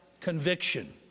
conviction